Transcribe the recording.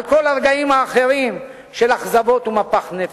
כל הרגעים האחרים של אכזבות ומפח נפש.